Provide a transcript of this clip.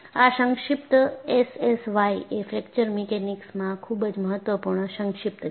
આ સંક્ષિપ્ત એસએસવાય એ ફ્રેક્ચર મિકેનિક્સમાં ખૂબ જ મહત્વપૂર્ણ સંક્ષિપ્ત છે